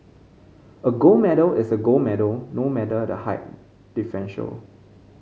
a gold medal is a gold medal no matter the height differential